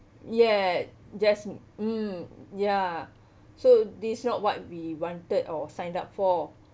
ya just mm ya so this not what we wanted or sign up for